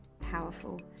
powerful